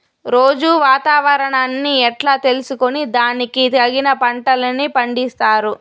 రోజూ వాతావరణాన్ని ఎట్లా తెలుసుకొని దానికి తగిన పంటలని పండిస్తారు?